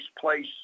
place